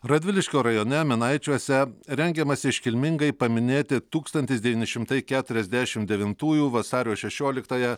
radviliškio rajone minaičiuose rengiamasi iškilmingai paminėti tūkstantis devyni šimtai keturiasdešim devintųjų vasario šešioliktąją